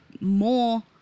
more